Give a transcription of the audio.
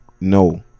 no